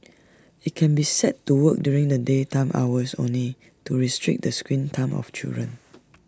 IT can be set to work during the daytime hours only to restrict the screen time of children